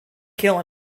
kill